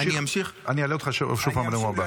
אני אעלה אותך שוב בנאום הבא.